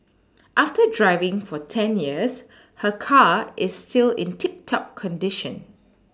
after driving for ten years her car is still in tip top condition